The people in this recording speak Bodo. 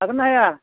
हागोन ना हाया